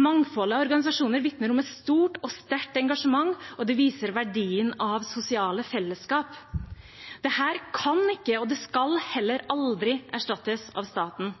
Mangfoldet av organisasjoner vitner om et stort og sterkt engasjement, og det viser verdien av sosiale fellesskap. Dette kan ikke og skal heller aldri erstattes av staten.